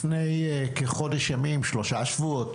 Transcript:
לפני כחודש ימים או שלושה שבועות,